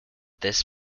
this